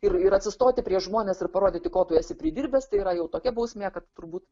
ir iratsistoti prieš žmones ir parodyti ko tu esi pridirbęs tai yra jau tokia bausmė kad turbūt